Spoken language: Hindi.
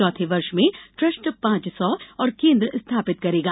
चौथे वर्ष में ट्रस्ट पांच सौ और केन्द्र स्थापित करेगा